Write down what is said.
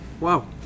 Wow